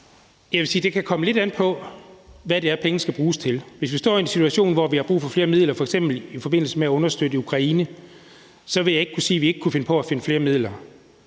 det kan komme lidt an på, hvad det er, pengene skal bruges til. Hvis vi står i en situation, hvor vi har brug for flere midler, f.eks. i forbindelse med at understøtte Ukraine, så vil jeg ikke kunne sige, at vi ikke kunne finde på at finde flere midler.